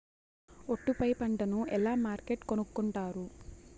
ఒట్టు పై పంటను ఎలా మార్కెట్ కొనుక్కొంటారు?